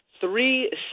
three